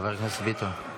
חבר הכנסת ביטון.